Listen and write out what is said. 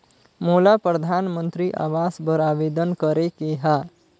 मोला परधानमंतरी आवास बर आवेदन करे के हा?